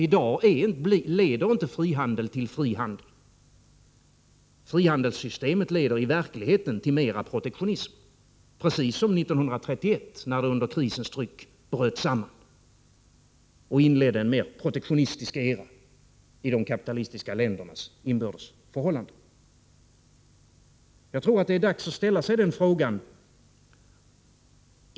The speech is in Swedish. I dag leder inte frihandel till fri handel. Frihandelssystemet leder i verkligheten till mera protektionism, precis som 1931, när det under krisens tryck bröt samman och inledde en mer protektionistisk era i de kapitalistiska ländernas inbördes förhållande. Jag tror att det är dags att ställa sig den frågan.